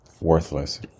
worthless